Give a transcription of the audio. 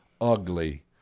ugly